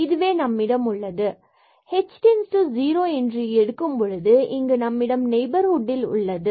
இதுவே நம்மிடம் உள்ளது fhfxabkfyab12h2fxx2hkfxyk2fkkab h→0 எடுக்கும்பொழுது இங்கு நம்மிடம் நெய்பர்ஹுட்டில் உள்ளது